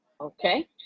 okay